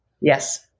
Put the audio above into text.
Yes